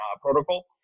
protocol